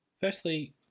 firstly